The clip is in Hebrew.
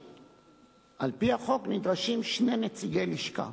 על-פי החוק נדרשים שני נציגי הלשכה.